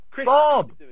Bob